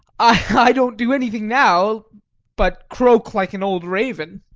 i don't do anything now but croak like an old raven.